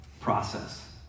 Process